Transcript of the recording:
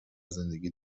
زندگی